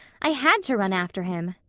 i had to run after him.